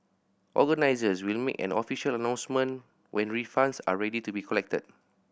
organisers will make an official announcement when refunds are ready to be collected